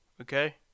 okay